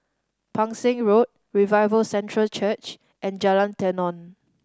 Pang Seng Road Revival Centre Church and Jalan Tenon